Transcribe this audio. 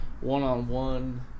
one-on-one